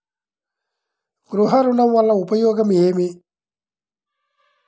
గృహ ఋణం వల్ల ఉపయోగం ఏమి?